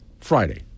Friday